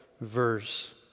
verse